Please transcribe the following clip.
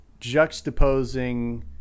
juxtaposing